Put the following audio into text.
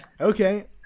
Okay